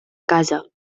casa